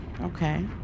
Okay